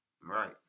Right